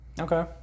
okay